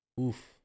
Oof